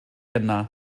yna